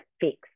fix